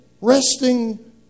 Resting